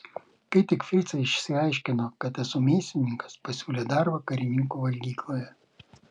kai tik fricai išsiaiškino kad esu mėsininkas pasiūlė darbą karininkų valgykloje